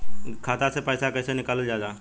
खाता से पैसा कइसे निकालल जाला?